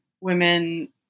women